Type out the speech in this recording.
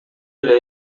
эле